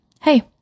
Hey